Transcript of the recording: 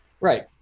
right